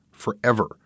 Forever